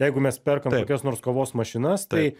jeigu mes perkam kokias nors kovos mašinas tai